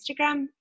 Instagram